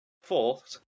Fourth